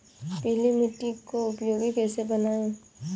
पीली मिट्टी को उपयोगी कैसे बनाएँ?